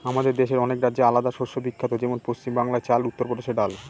আমাদের দেশের অনেক রাজ্যে আলাদা শস্য বিখ্যাত যেমন পশ্চিম বাংলায় চাল, উত্তর প্রদেশে ডাল